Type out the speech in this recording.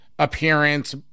appearance